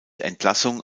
entlassung